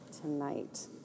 tonight